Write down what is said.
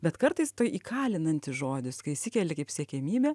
bet kartais tai įkalinantis žodis kai išsikeli kaip siekiamybę